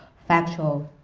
factual,